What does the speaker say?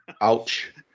Ouch